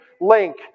link